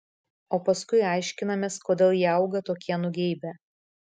o paskui aiškinamės kodėl jie auga tokie nugeibę